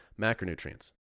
macronutrients